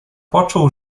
poczuł